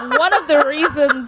one of the reasons